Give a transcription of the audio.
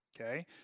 okay